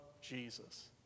Jesus